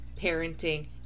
parenting